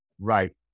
Right